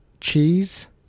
cheese